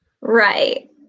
Right